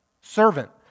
Servant